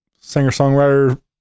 singer-songwriter